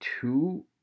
two